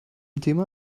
thema